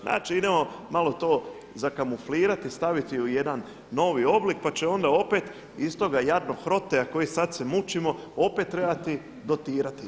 Znači idemo malo to zakamuflirati staviti u jedan novi oblik pa će onda opet iz toga jadnog Proteja koji sad se mučimo opet trebati dotirati.